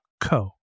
co